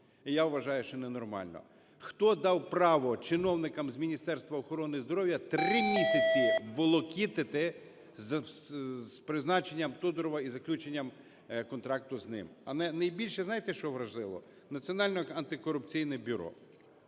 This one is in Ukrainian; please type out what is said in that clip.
Я вважаю, що в ненормальному. Хто дав право чиновникам з Міністерства охорони здоров'я три місяці волокітити з призначенням Тодурова і заключенням контракту з ним? А найбільше, знаєте, що вразило? Національне антикорупційне бюро.